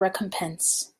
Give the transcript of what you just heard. recompense